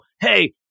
Hey